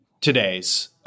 today's